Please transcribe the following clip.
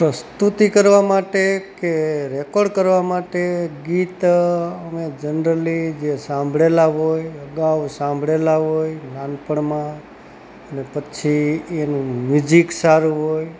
પ્રસ્તુતિ કરવા માટે કે રેકોર્ડ કરવા માટે ગીત અમે જનરલી જે સાંભળેલાં હોય અગાઉ સાંભળેલાં હોય નાનપણમાં અને પછી એનું મ્યુઝિક સારું હોય